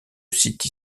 sites